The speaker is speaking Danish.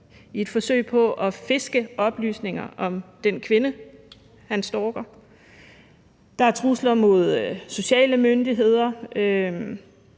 i et forsøg på at fiske oplysninger om den kvinde, han stalker. Der er trusler mod sociale myndigheder.